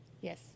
Yes